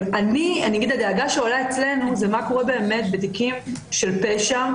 הדאגה שעולה אצלנו זה מה קורה בתיקים של פשע,